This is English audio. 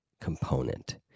component